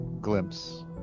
glimpse